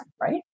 right